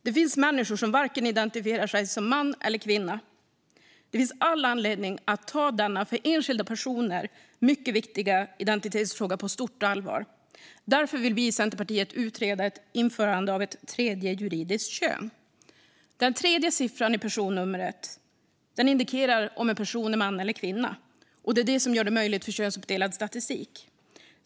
Det finns människor som varken identifierar sig som man eller kvinna. Det finns all anledning att ta denna för enskilda personer mycket viktiga identitetsfråga på stort allvar. Därför vill vi i Centerpartiet utreda ett införande av ett tredje juridiskt kön. Den tredje siffran i de fyra sista siffrorna i personnumret indikerar om en person är man eller kvinna, vilket möjliggör könsuppdelad statistik.